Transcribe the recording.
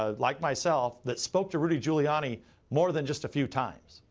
ah like myself, that spoke to rudy giuliani more than just a few times.